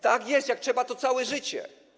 Tak jest, jak trzeba, to całe życie.